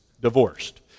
Divorced